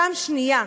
פעם שנייה,